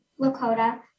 Lakota